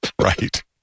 Right